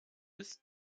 ist